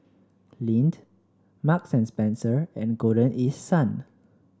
Lindt Marks and Spencer and Golden East Sun